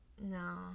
No